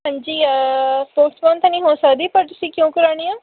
ਹਾਂਜੀ ਪੋਸਟਪੋਨ ਤਾਂ ਨਹੀਂ ਹੋ ਸਕਦੀ ਪਰ ਤੁਸੀਂ ਕਿਉਂ ਕਰਵਾਉਣੀ ਆ